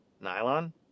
Nylon